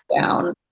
down